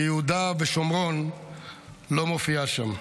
ויהודה ושומרון לא מופיעים שם.